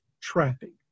trapping